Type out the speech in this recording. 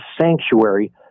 sanctuary